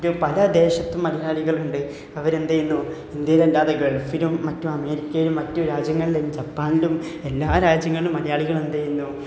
മറ്റ് പല ദേശത്തും മലയാളികളുണ്ട് അവർ എന്ത് ചെയ്യുന്നു ഇന്ത്യയിലല്ലാതെ ഗൾഫിനും മറ്റും അമേരിക്കയിലും മറ്റു രാജ്യങ്ങളിലും ജപ്പാൻലും എല്ലാ രാജ്യങ്ങളിലും മലയാളികൾ എന്ത് ചെയ്യുന്നു